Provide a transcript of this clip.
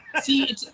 See